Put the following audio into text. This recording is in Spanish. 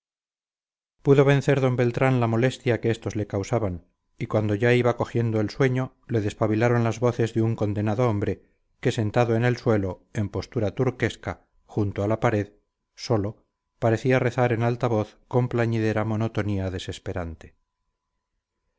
pudo vencer d beltrán la molestia que estos le causaban y cuando ya iba cogiendo el sueño le despabilaron las voces de un condenado hombre que sentado en el suelo en postura turquesca junto a la pared solo parecía rezar en alta voz con plañidera monotonía desesperante